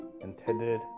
intended